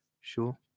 Sure